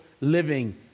living